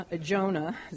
Jonah